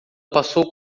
passou